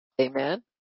Amen